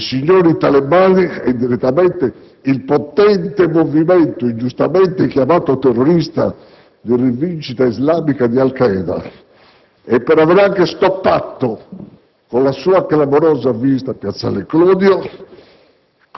i signori talebani e, indirettamente, il potente movimento, ingiustamente chiamato terrorista, di Rivincita islamica Al Qaeda, e anche per avere «stoppato» con decisione, con la sua clamorosa visita a piazzale Clodio,